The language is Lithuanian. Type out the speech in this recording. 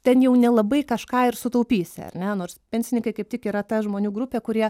ten jau nelabai kažką ir sutaupysi ar ne nors pensininkai kaip tik yra ta žmonių grupė kurie